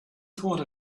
thought